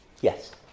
Yes